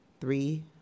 three